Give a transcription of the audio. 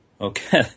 okay